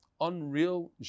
Unreal